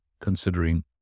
considering